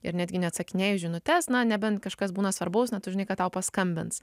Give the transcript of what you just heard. ir netgi neatsakinėju į žinutes na nebent kažkas būna svarbaus na tu žinai kad tau paskambins